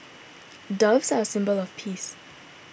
doves are a symbol of peace